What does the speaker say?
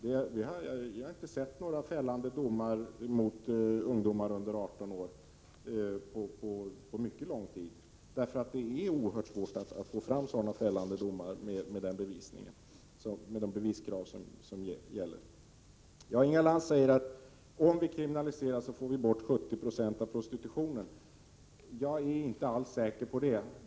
Jag har inte sett några fällande domar mot ungdomar under 18 år på mycket lång tid. Det är oerhört svårt att få fram fällande domar med de beviskrav som gäller. Inga Lantz säger att om vi kriminaliserar kundernas beteende får vi bort 70 Yo av prostitutionen. Jag är inte alls säker på det.